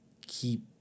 keep